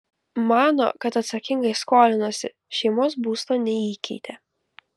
mano kad atsakingai skolinosi šeimos būsto neįkeitė